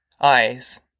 eyes